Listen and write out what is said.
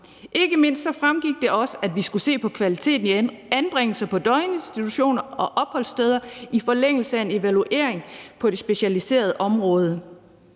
Ikke mindst fremgik det også, at vi skulle se på kvaliteten i anbringelse på døgninstitutioner og opholdssteder i forlængelse af en evaluering af det specialiserede område.